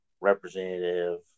representative